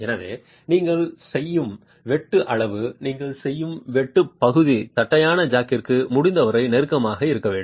எனவே நீங்கள் செய்யும் வெட்டு அளவு நீங்கள் செய்யும் வெட்டு பகுதி தட்டையான ஜாக்கிற்கு முடிந்தவரை நெருக்கமாக இருக்க வேண்டும்